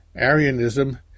Arianism